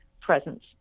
presence